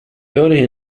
earlier